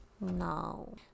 No